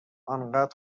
انقد